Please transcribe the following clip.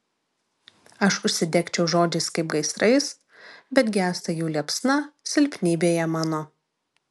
aš užsidegčiau žodžiais kaip gaisrais bet gęsta jų liepsna silpnybėje mano